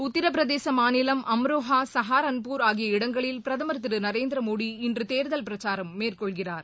உத்திரபிரதேச மாநிலம் அம்ரோகா சஹரான்பூர் ஆகிய இடங்களில் பிரதமர் திரு நரேந்திரமோடி இன்று தேர்தல் பிரச்சாரம் மேற்கொள்கிறார்